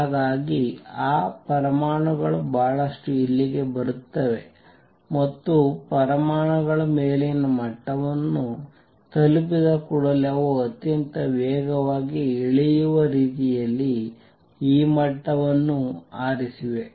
ಹಾಗಾಗಿ ಆ ಪರಮಾಣುಗಳು ಬಹಳಷ್ಟು ಇಲ್ಲಿಗೆ ಬರುತ್ತವೆ ಮತ್ತು ಪರಮಾಣುಗಳು ಮೇಲಿನ ಮಟ್ಟವನ್ನು ತಲುಪಿದ ಕೂಡಲೇ ಅವು ಅತ್ಯಂತ ವೇಗವಾಗಿ ಇಳಿಯುವ ರೀತಿಯಲ್ಲಿ ಈ ಮಟ್ಟವನ್ನು ಆರಿಸಿ